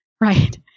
right